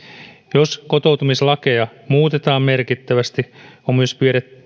jos kotoutumislakeja muutetaan merkittävästi on myös